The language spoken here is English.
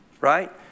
Right